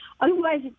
Otherwise